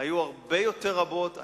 היו הרבה יותר רבות.